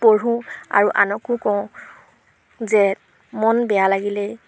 পঢ়োঁ আৰু আনকো কওঁ যে মন বেয়া লাগিলেই